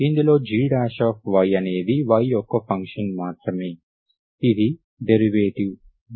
ఇందులో gy అనేది y యొక్క ఫంక్షన్ మాత్రమే ఇది డెరివేటివ్ dgdy లాగా ఉంటుంది